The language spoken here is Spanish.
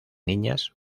niñas